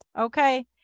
okay